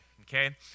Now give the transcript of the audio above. okay